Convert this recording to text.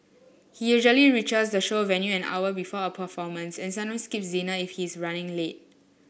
he usually reaches the show venue an hour before a performance and sometimes skips dinner if he is running late